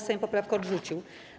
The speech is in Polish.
Sejm poprawkę odrzucił.